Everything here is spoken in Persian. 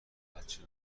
بچه